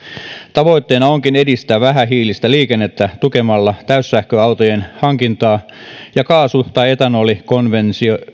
tavoitteena onkin edistää vähähiilistä liikennettä tukemalla täyssähköautojen hankintaa ja kaasu tai etanolikonversion